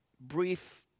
brief